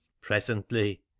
Presently